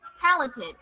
talented